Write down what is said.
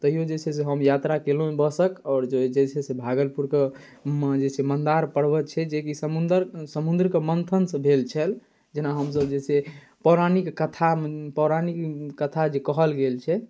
तैओ जे छै हम यात्रा कएलहुँ बसके आओर जे छै भागलपुरकेमे जे छै मन्दार पर्वत छै जेकि समुन्दर समुद्रके मन्थनसँ भेल छल जेना हमसभ जे छै पौराणिक कथा पौराणिक कथा जे कहल गेल छै